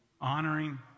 honoring